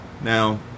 Now